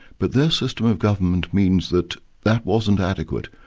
but their system of government means that that wasn't adequate.